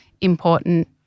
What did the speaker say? important